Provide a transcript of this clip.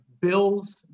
bills